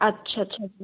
अच्छा अच्छा जी